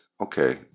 Okay